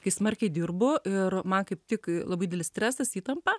kai smarkiai dirbu ir man kaip tik e labai didelis stresas įtampa